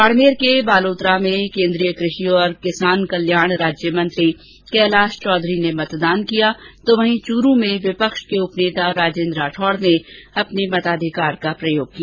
बाडमेर के बालोतरा में केन्द्रीय कृषि और कल्याण राज्यमंत्री कैलाश चौधरी ने मतदान किया तो वहीं चूरू में विपक्ष के उपनेता राजेन्द्र राठौड ने अपने मताधिकार का प्रयोग किया